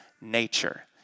nature